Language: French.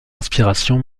inspiration